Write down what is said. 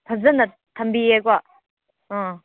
ꯐꯖꯅ ꯊꯝꯕꯤꯌꯦ ꯀꯣ ꯑꯥ